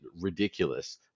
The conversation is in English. ridiculous